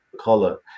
color